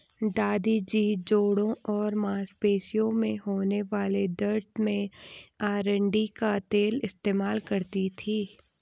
दादी जी जोड़ों और मांसपेशियों में होने वाले दर्द में अरंडी का तेल इस्तेमाल करती थीं